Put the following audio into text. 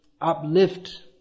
uplift